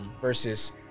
versus